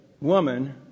woman